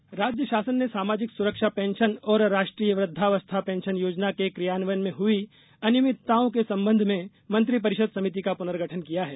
pension योजना राज्य शासन ने सामाजिक सुरक्षा पेंशन और राष्ट्रीय वृदधावस्था पेंशन योजना के क्रियान्वयन में हुई आनियमितताओं के संबंध में मंत्रि परिषद समिति का पुनर्गठन किया है